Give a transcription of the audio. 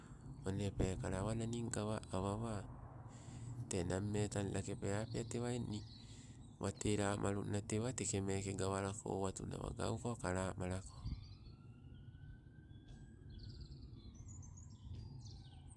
O nee peekala awananin gawa, awa wang te name tang lakee pe apea tewa, eng ni wate lamalunna tewa teke meke te gawalako oawtuna gauko kalamalako.